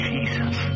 Jesus